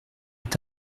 est